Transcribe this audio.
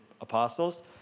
Apostles